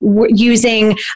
using